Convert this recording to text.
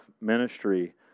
ministry